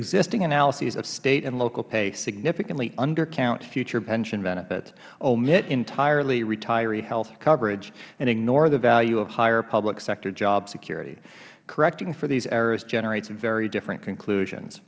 existing analyses of state and local pay significantly undercount future pension benefits omit entirely retiree health coverage and ignore the value of higher public sector job security correcting for these errors generates very different conclusions